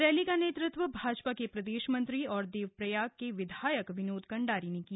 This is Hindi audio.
रैली का नेतृत्व भाजापा के प्रदेश मंत्री और देवप्रयाग के विधायक विनोद कंडारी ने किया